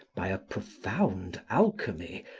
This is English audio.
by a profound alchemy,